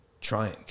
trying